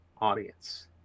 audience